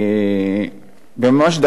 וממש דרשתי מהם